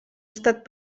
estat